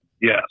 Yes